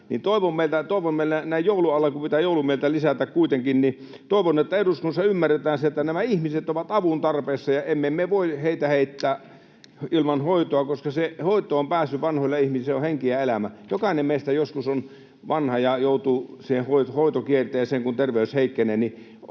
toivon, että eduskunnassa ymmärretään, että nämä ihmiset ovat avun tarpeessa ja emme me voi heitä heittää ilman hoitoa, koska se hoitoonpääsy vanhoille ihmisille on henki ja elämä. Jokainen meistä joskus on vanha ja joutuu siihen hoitokierteeseen, kun terveys heikkenee.